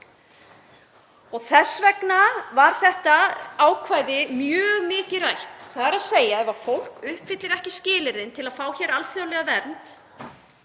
Þess vegna var þetta ákvæði mjög mikið rætt, þ.e. ef fólk uppfyllir ekki skilyrðin til að fá hér alþjóðlega vernd